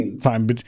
time